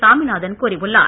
சாமிநாதன் கூறியுள்ளார்